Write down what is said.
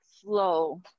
slow